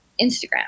Instagram